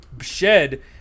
Shed